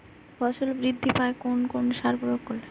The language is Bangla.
ফসল বৃদ্ধি পায় কোন কোন সার প্রয়োগ করলে?